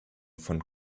von